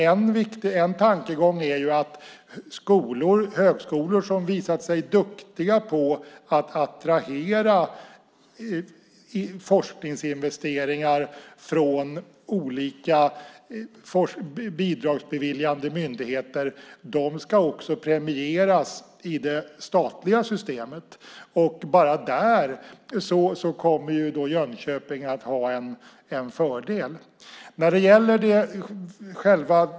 En tankegång är att högskolor som har visat sig duktiga på att attrahera forskningsinvesteringar från olika bidragsbeviljande myndigheter också ska premieras i det statliga systemet. Bara där kommer Jönköping att ha en fördel.